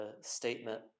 statement